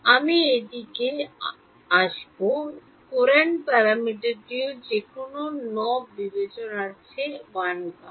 আমি এটিতে আসব কুরান্ট প্যারামিটারটি যে কোনও নোব বিবেচনার চেয়ে 1 গাঁট